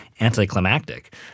anticlimactic